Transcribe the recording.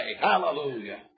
hallelujah